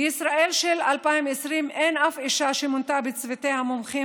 בישראל של 2020 אין אף אישה שמונתה לצוות המומחים